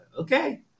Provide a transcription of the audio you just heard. Okay